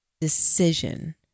decision